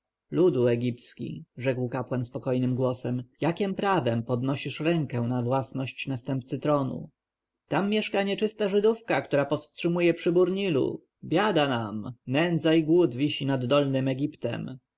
egipski rzekł kapłan spokojnym głosem jakiem prawem podnosisz rękę na własność następcy tronu tam mieszka nieczysta żydówka która powstrzymuje przybór nilu biada nam nędza i głód wisi nad dolnym egiptem